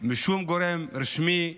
משום גורם רשמי.